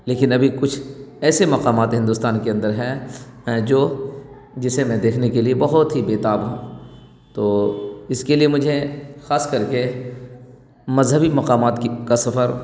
لیکن ابھی کچھ ایسے مقامات ہندوستان کے اندر ہیں جو جسے میں دیکھنے کے لیے بہت ہی بےتاب ہوں تو اس کے لیے مجھے خاص کر کے مذہبی مقامات کی کا سفر